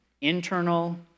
internal